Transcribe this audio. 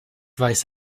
vice